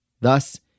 Thus